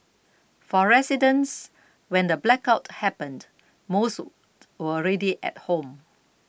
for residents when the blackout happened most already at home